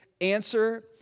answer